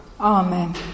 Amen